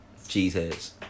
Cheeseheads